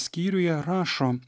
skyriuje rašo